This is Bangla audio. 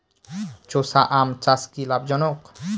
চোষা আম চাষ কি লাভজনক?